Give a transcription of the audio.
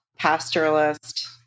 pastoralist